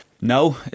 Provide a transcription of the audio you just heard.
no